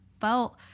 felt